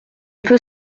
peut